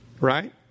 Right